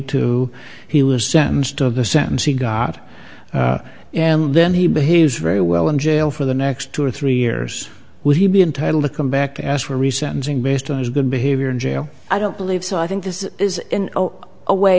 two he was sentenced to of the sentence he got and then he behaves very well in jail for the next two or three years would he be entitled to come back as for resentencing based on his good behavior in jail i don't believe so i think this is in a way